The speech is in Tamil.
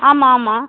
ஆமாம் ஆமாம்